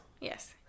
Yes